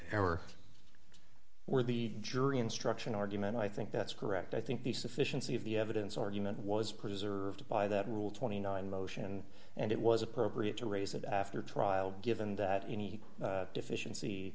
where the jury instruction argument i think that's correct i think the sufficiency of the evidence argument was preserved by that rule twenty nine motion and it was appropriate to raise it after trial given that any deficiency